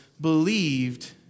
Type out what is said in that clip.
believed